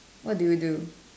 what do you do